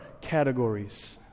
categories